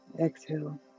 Exhale